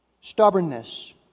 stubbornness